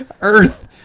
earth